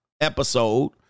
episode